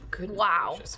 Wow